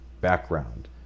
background